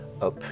up